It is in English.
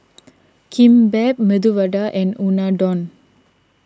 Kimbap Medu Vada and Unadon